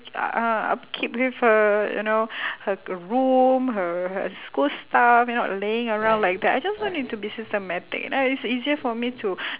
uh upkeep with her you know her room her her school stuff you not laying around like that I just want it to be systematic know it's easier for me to